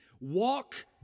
Walk